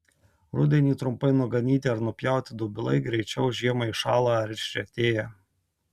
rudenį trumpai nuganyti ar nupjauti dobilai greičiau žiemą iššąla ar išretėja